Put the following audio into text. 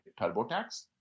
TurboTax